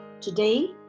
today